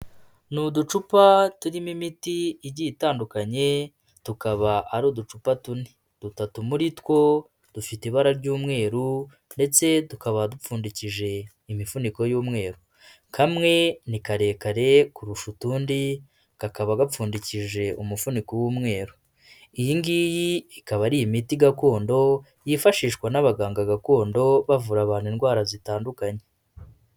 Ni uducupa turimo imiti igiye itandukanye, tukaba ari uducupa tune. Dutatu muri two dufite ibara ry'umweru ndetse tukaba dupfundikije imifuniko y'umweru. Kamwe ni karerekare kurusha utundi, kakaba gapfundikishije umufuniko w'umweru. Iyi ngiyi ikaba ari imiti gakondo, yifashishwa n'abaganga gakondo bavura abantu indwara zitandukanye.